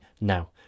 now